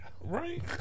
Right